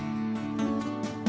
um